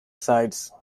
sides